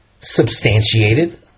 substantiated